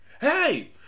hey